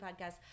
podcast